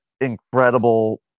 incredible